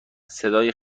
صدای